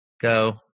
go